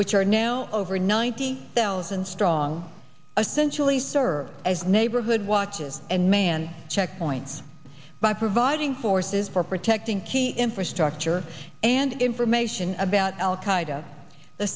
which are now over ninety thousand strong essential he serves as neighborhood watches and man checkpoints by providing forces for protecting key infrastructure and information about al